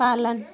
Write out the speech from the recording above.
पालन